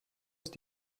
ist